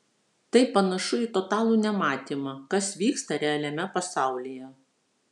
tai panašu į totalų nematymą kas vyksta realiame pasaulyje